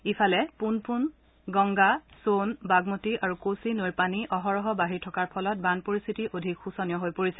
ইফালে পুনপুন গংগা সোণ বাগমতী আৰু কোচি নৈৰ পানী অহৰহ বাঢ়ি থকাৰ ফলত বান পৰিস্থিতি অধিক শোচনীয় হৈ পৰিছে